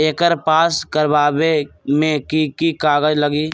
एकर पास करवावे मे की की कागज लगी?